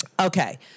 okay